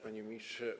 Panie Ministrze!